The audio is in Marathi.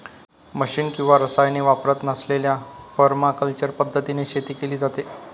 मशिन किंवा रसायने वापरत नसलेल्या परमाकल्चर पद्धतीने शेती केली जाते